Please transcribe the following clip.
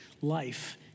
life